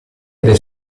del